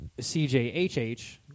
CJHH